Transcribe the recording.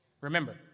Remember